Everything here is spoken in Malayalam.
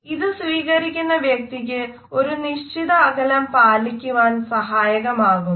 ഇത് സ്വീകരിക്കുന്ന വ്യക്തിക്ക് ഒരു നിശ്ചിത അകലം പാലിക്കുവാൻ സഹായികമാവുന്നു